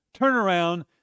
turnaround